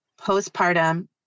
postpartum